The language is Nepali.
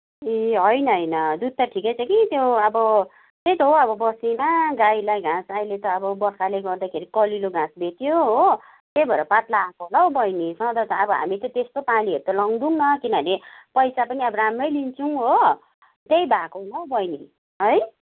ए होइन होइन दुध त ठिकै छ कि त्यो अब त्यही त हो अब बस्तीमा गाईलाई घाँस अहिले त अब बर्खाले गर्दाखेरि कलिलो घाँस भेटियो हो त्यही भएर पातला आएको होला हौ बहिनी सधैँ त अब हामी त त्यस्तो पानीहरू त लाउँदैनौँ किनभने पैसा पनि अब राम्रै लिन्छौँ हो त्यही भएको होला हौ बहिनी है